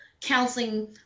counseling